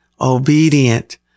obedient